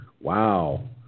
Wow